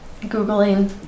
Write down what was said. googling